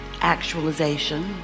actualization